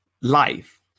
life